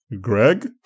Greg